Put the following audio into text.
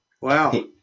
Wow